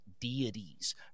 deities